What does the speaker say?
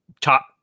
top